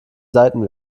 seiten